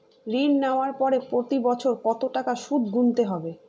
ঋণ নেওয়ার পরে প্রতি বছর কত টাকা সুদ গুনতে হবে?